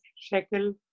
shekel